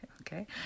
Okay